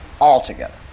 altogether